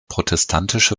protestantische